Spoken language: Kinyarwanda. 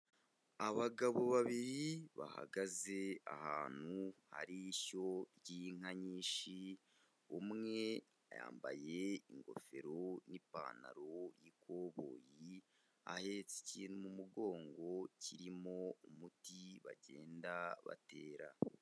Abagabo babiri bahagaze ahantu hari ishyo ry'inka nyinshi, umwe yambaye ingofero n'ipantaro y'ikoboyi, ahetse ikintu mu mugongo kirimo umuti bagenda batera.